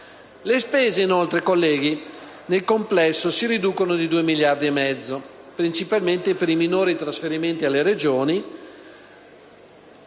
Le spese, nel complesso, si riducono di 2 miliardi e mezzo, principalmente per i minori trasferimenti alle Regioni